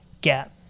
gap